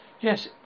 Yes